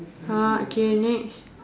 ah okay next